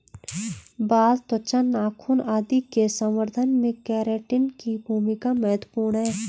बाल, त्वचा, नाखून आदि के संवर्धन में केराटिन की भूमिका महत्त्वपूर्ण है